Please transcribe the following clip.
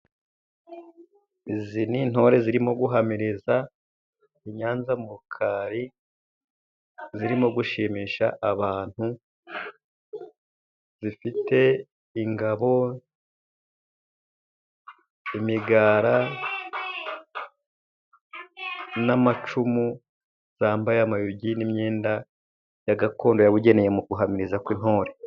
Izi ni intore zirimo guhamiriza i Nyanza mu Rukari, zirimo gushimisha abantu zifite ingabo, imigara n'amacumu, zambaye amayugi n'imyenda ya gakondo yabugeneye mu guhamiriza kw'intore.